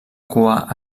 cua